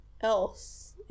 else